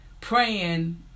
praying